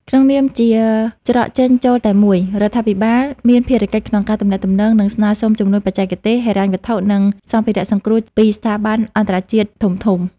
ក្នុងនាមជាច្រកចេញចូលតែមួយ រដ្ឋាភិបាលមានភារកិច្ចក្នុងការទំនាក់ទំនង និងស្នើសុំជំនួយបច្ចេកទេស ហិរញ្ញវត្ថុ និងសម្ភារៈសង្គ្រោះពីស្ថាប័នអន្តរជាតិធំៗ។